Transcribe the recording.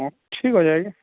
ଠିକ୍ ଅଛି ଆଜ୍ଞା